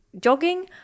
jogging